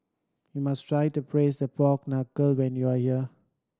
you must try the Braised Pork Knuckle when you are here